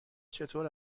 چطور